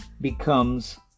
becomes